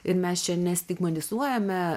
ir mes čia ne stigmatizuojame